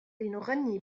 لنغني